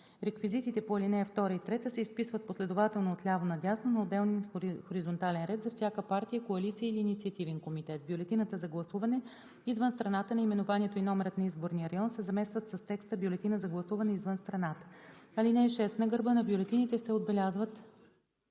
Реквизитите по ал. 2 и 3 се изписват последователно отляво надясно на отделен хоризонтален ред за всяка партия, коалиция или инициативен комитет. В бюлетината за гласуване извън страната наименованието и номерът на изборния район се заместват с текста „Бюлетина за гласуване извън страната“. (6) На гърба на бюлетините се отбелязват